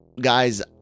guys